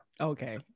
Okay